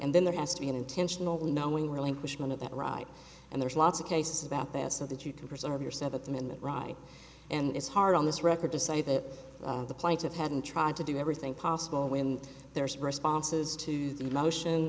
and then there has to be an intentional knowing relinquishment of that right and there's lots of cases about that so that you can preserve your seventh minute ride and it's hard on this record to say that the plaintiff hadn't tried to do everything possible when there's responses to the motion